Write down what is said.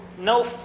no